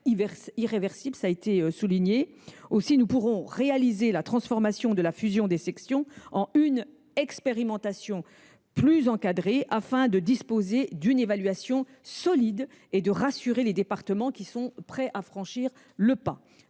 irréversible de la mesure. Aussi, nous pourrons transformer la fusion des sections en une expérimentation plus encadrée, afin de disposer d’une évaluation solide et de rassurer les départements qui sont prêts à franchir le pas.